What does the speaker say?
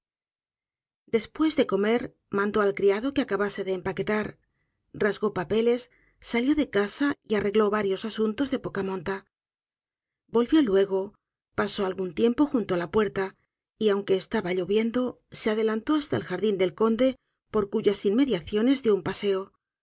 después de comer mandó al criado que acabase de empaquetar rasgó papeles salió de casa y arregló varios asuntos de poca monta volvió luego pasó algún tiempo junto á la puerta y aunque estaba lloviendo se adelantó hasta el jardín del conde por cuyas inmediaciones dio un paseo